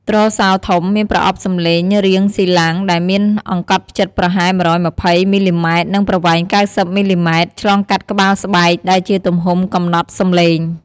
ទ្រសោធំ មានប្រអប់សំឡេងរាងស៊ីឡាំង ដែលមានអង្កត់ផ្ចិតប្រហែល ១២០ មីលីម៉ែត្រ និងប្រវែង ៩០ មីលីម៉ែត្រ ឆ្លងកាត់ក្បាលស្បែក ដែលជាទំហំកំណត់សម្លេង។